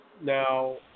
Now